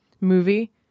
movie